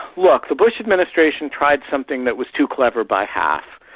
look, the bush administration tried something that was too clever by half.